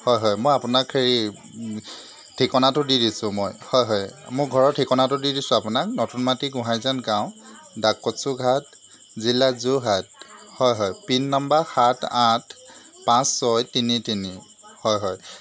হয় হয় মই আপোনাক সেই ঠিকনাটো দি দিছোঁ মই হয় হয় মোৰ ঘৰৰ ঠিকনাটো দি দিছোঁ আপোনাক নতুন মাটি গোহাঁইজান গাঁও ডাক কচু ঘাট জিলা যোৰহাট হয় হয় পিন নম্বৰ সাত আঠ পাঁচ ছয় তিনি তিনি হয় হয়